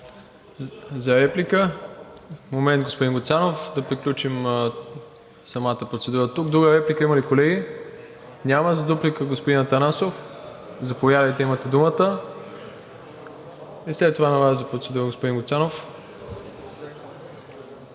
ИВАНОВ: Момент, господин Гуцанов, да приключим самата процедура тук. Друга реплика – има ли, колеги? Няма. За дуплика, господин Атанасов. Заповядайте, имате думата. И след това на Вас за процедура, господин Гуцанов.